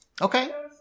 Okay